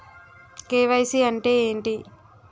KYC అంటే ఏంటి?